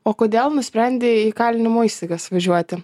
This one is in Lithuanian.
o kodėl nusprendei į įkalinimo įstaigas važiuoti